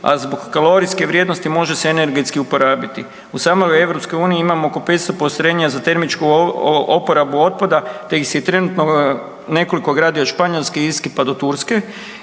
a zbog kalorijske vrijednosti može se energetski uporabiti. U samoj EU imamo oko 500 postrojenja za termičku oporabu otpada, te ih se i trenutno nekoliko gradi od Španjolske, Irske, pa do Turske